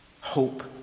Hope